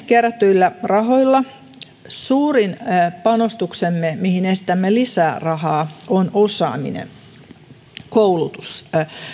kerätyillä rahoilla suurin panostuksemme mihin esitämme lisää rahaa on osaaminen koulutus